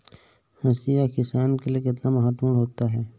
हाशिया किसान के लिए कितना महत्वपूर्ण होता है?